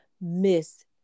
Miss